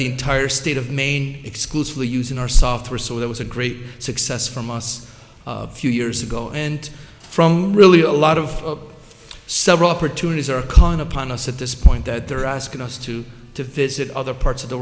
the entire state of maine excuse for using our software so that was a great success from us a few years ago and from really a lot of several opportunities are calling upon us at this point that they're asking us to to visit other parts of the